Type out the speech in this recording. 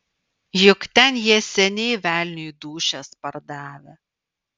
juk ten jie seniai velniui dūšias pardavę